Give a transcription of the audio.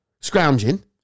scrounging